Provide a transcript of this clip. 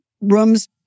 rooms